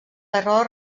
error